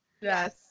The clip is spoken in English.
Yes